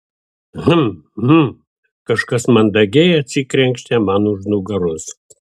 hm hm kažkas mandagiai atsikrenkštė man už nugaros